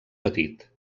petit